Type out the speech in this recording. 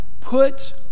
Put